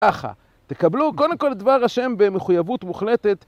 ככה, תקבלו קודם כל דבר אשם במחויבות מוחלטת